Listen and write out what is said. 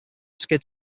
skid